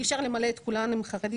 אי אפשר למלא את כולן עם החרדים,